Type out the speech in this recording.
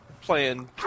playing